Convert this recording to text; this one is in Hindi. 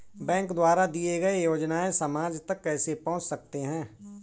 बैंक द्वारा दिए गए योजनाएँ समाज तक कैसे पहुँच सकते हैं?